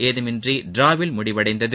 ஏதுமின்றி டிராவில் முடிவடைந்தது